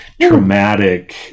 traumatic